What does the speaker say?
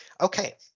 okay